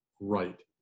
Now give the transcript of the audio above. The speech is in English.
right